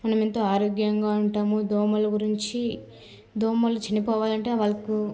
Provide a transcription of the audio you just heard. మనం ఎంతో ఆరోగ్యంగా ఉంటాము దోమలు గురించి దోమలు చనిపోవాలంటే వాళ్ళకు